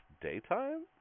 daytime